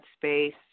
space